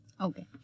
Okay